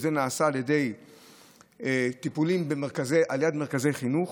שנעשית על ידי טיפולים על ידי מרכזי חינוך,